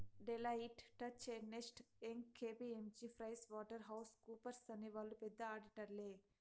Deloitte, Touche Ernst, Young KPMG Pricewaterhouse కూపర్స్అనే వాళ్ళు పెద్ద ఆడిటర్లే